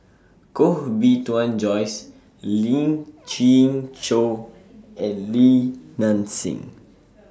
Koh Bee Tuan Joyce Lien Qing Chow and Li Nanxing